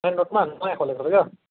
गान्तोकमा नयाँ खोलेको रहेछ